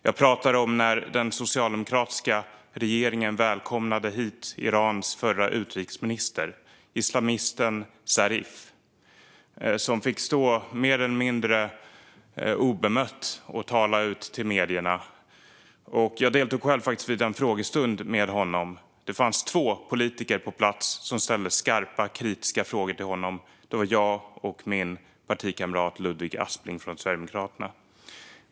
Jag pratar om när den socialdemokratiska regeringen välkomnade hit Irans förre utrikesminister, islamisten Zarif, som fick stå mer eller mindre oemotsagd och tala till medierna. Jag deltog själv vid frågestunden med honom. Det fanns två politiker på plats som ställde skarpa, kritiska frågor till honom - det var jag och min partikamrat Ludvig Aspling från Sverigedemokraterna.